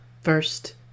first